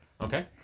Okay